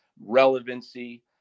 relevancy